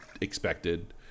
expected